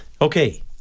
Okay